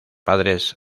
padres